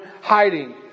hiding